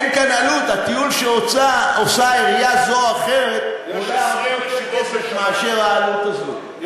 עלות הטיול שעושה עירייה זו או אחרת היא הרבה יותר מהעלות הזאת.